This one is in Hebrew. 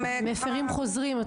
כלומר, מפרים חוזרים.